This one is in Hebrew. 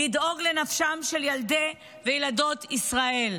לדאוג לנפשם של ילדי וילדות ישראל.